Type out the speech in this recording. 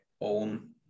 own